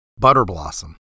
Butterblossom